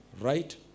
right